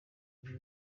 kuri